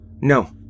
no